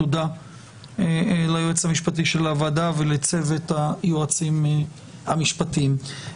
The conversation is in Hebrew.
תודה לייעוץ המשפטי של הוועדה ולצוות היועצים המשפטים.